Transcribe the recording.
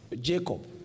Jacob